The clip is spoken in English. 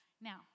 Now